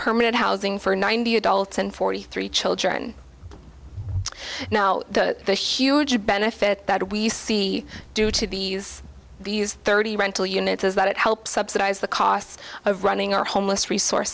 permanent housing for ninety adults and forty three children now the huge benefit that we see due to these these thirty rental units is that it helps subsidize the costs of running our homeless resource